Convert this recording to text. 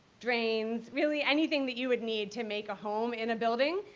drains. really anything that you would need to make a home in a building.